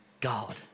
God